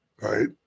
right